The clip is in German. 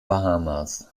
bahamas